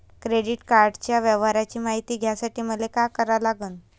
Credit कार्डाच्या व्यवहाराची मायती घ्यासाठी मले का करा लागन?